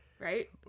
Right